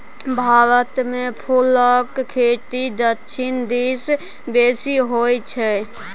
भारतमे फुलक खेती दक्षिण दिस बेसी होय छै